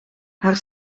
haar